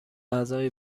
اعضای